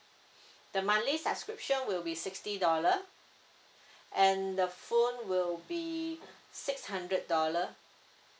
the monthly subscription will be sixty dollars and the phone will be six hundred dollar